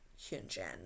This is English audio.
hyunjin